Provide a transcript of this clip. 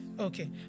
Okay